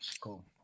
Cool